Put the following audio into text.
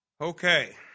Okay